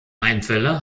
einfälle